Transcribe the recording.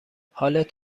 حالت